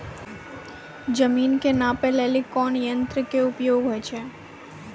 जमीन के नापै लेली कोन यंत्र के उपयोग होय छै?